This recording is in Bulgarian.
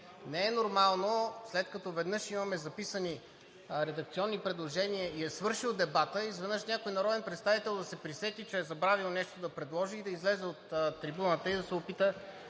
Не е нормално, след като веднъж имаме записани редакционни предложения и е свършил дебатът, изведнъж някой народен представител да се присети, че е забравил нещо да предложи и да излезе на трибуната и да се опита